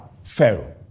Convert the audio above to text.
pharaoh